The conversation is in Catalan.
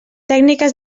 tècniques